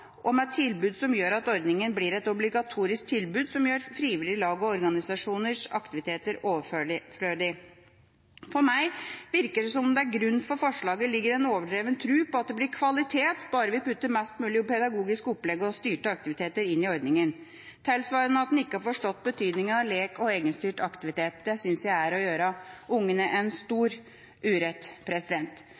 tilbud som gjør at ordningen blir et obligatorisk tilbud som gjør frivillige lag og organisasjoners aktiviteter overflødige. For meg virker det som om det til grunn for forslaget ligger en overdreven tro på at det blir «kvalitet» bare vi putter mest mulig pedagogisk opplegg og styrte aktiviteter inn i ordningen, tilsvarende at man ikke har forstått betydningen av lek og egenstyrt aktivitet. Det synes jeg er å gjøre ungene stor urett.